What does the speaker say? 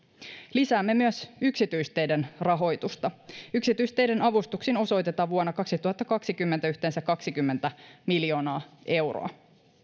lisäämme myös yksityisteiden rahoitusta yksityisteiden avustuksiin osoitetaan vuonna kaksituhattakaksikymmentä yhteensä kaksikymmentä miljoonaa euroa